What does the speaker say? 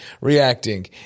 reacting